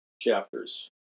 chapters